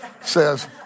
Says